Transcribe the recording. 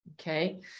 okay